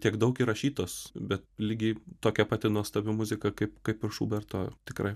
tiek daug įrašytos bet lygiai tokia pati nuostabi muzika kaip kaip ir šuberto tikrai